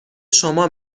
شما